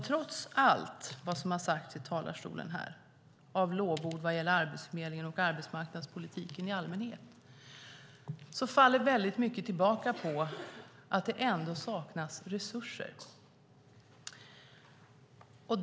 Trots alla lovord som sagts i talarstolen om Arbetsförmedlingen och arbetsmarknadspolitiken i allmänheten faller mycket tillbaka på att det saknas resurser.